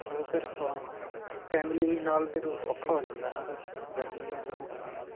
ਉਹ sir family ਨਾਲ ਫਿਰ ਔਖਾ ਹੋ ਜਾਂਦਾ ਨਾ ਸਰ ਗਰਮੀਆਂ ਦਾ ਮੌਸਮ ਆ